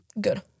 Good